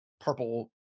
purple